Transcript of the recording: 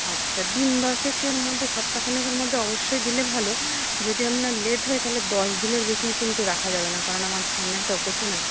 আচ্ছা দিন দশেকের মধ্যে সপ্তাহখানেকের মধ্যে অবশ্যই দিলে ভালো যদি আপনার লেট হয় তাহলে দশ দিনের বেশি কিন্তু রাখা যাবে না কারণ আমার সামনে একটা অকেশান আছে